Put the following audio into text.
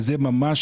דבר